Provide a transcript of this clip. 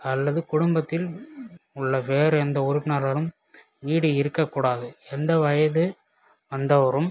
அல்லது குடும்பத்தில் உள்ள வேறு எந்த உறுப்பினரும் வீடு இருக்கக் கூடாது எந்த வயது வந்தவரும்